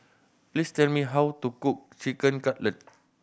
please tell me how to cook Chicken Cutlet